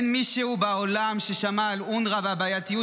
אין מישהו בעולם ששמע על אונר"א והבעייתיות